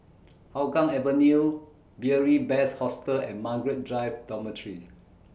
Hougang Avenue Beary Best Hostel and Margaret Drive Dormitory